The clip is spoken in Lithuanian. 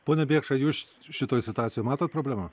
pone bėkša jūs šitoj situacijoj matot problemą